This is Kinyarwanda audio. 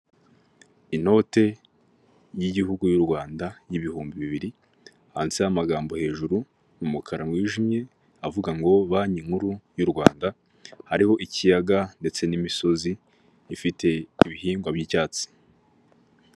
Inote y'igihugu y'u Rwanda y'ibihumbi bibiri handitseho amagambo hejuru mu mukara wijimye avuga ngo banki nkuru y'u Rwanda, hariho ikiyaga ndetse n'imisozi ifite ibihingwa by'icyatsi.